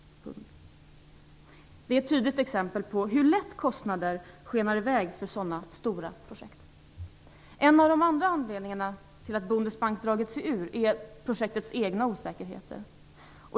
Det är ett tydligt exempel på hur lätt kostnader för sådana stora projekt skenar i väg. En annan anledning till att Deutsche Bundesbank har dragit sig ur är projektets egna osäkerheter.